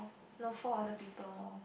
no four other people lor